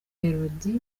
melody